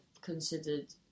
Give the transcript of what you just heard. considered